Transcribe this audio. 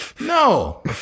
No